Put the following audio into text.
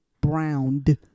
browned